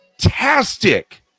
fantastic